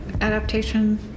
adaptation